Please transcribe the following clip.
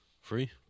Free